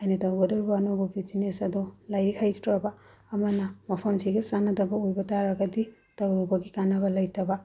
ꯑꯩꯅ ꯇꯧꯒꯗꯧꯔꯤꯕ ꯑꯅꯧꯕ ꯕꯤꯖꯤꯅꯦꯁ ꯑꯗꯣ ꯂꯥꯏꯔꯤꯛ ꯍꯩꯇ꯭ꯔꯕ ꯑꯃꯅ ꯃꯐꯝꯁꯤꯒ ꯆꯥꯟꯅꯗꯕ ꯑꯣꯏꯕ ꯇꯥꯔꯒꯗꯤ ꯇꯧꯔꯨꯕꯒꯤ ꯀꯥꯟꯅꯕ ꯂꯩꯇꯕ